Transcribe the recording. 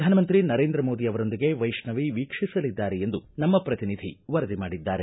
ಪ್ರಧಾನಮಂತ್ರಿ ನರೇಂದ್ರ ಮೋದಿ ಅವರೊಂದಿಗೆ ವೈಷ್ಣವಿ ವೀಕ್ಷಿಸಲಿದ್ದಾರೆ ಎಂದು ನಮ್ಮ ಪ್ರತಿನಿಧಿ ವರದಿ ಮಾಡಿದ್ದಾರೆ